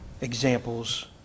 examples